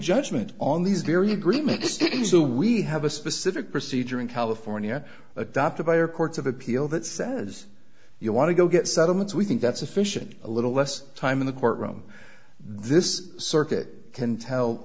judgment on these very agreements standings do we have a specific procedure in california adopted by our courts of appeal that says you want to go get settlements we think that sufficient a little less time in the courtroom this circuit can tel